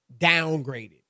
downgraded